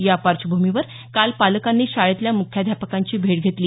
या पार्श्वभूमीवर काल पालकांनी शाळेतल्या मुख्याध्यापकांची भेट घेतली